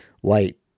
White